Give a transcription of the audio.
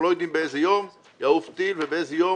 אנחנו לא יודעים באיזה יום יעוף טיל ובאיזה יום